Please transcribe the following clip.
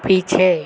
पीछे